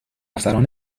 افسران